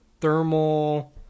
thermal